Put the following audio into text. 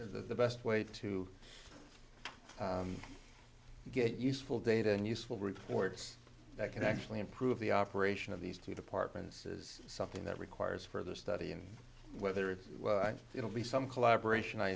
but the best way to get useful data and useful reports that can actually improve the operation of these two departments is something that requires further study and whether it's it'll be some collaboration i